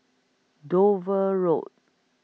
Dover Road